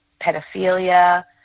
pedophilia